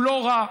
הוא לא רע,